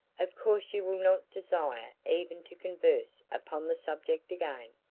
of course you will not desire even to converse upon the subject again.